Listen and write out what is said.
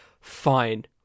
fine